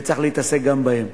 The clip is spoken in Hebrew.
וצריך להתעסק גם בהם.